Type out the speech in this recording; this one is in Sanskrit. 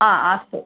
हा अस्तु